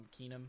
Keenum